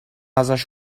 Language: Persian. ازش